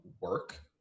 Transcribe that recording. work